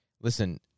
listen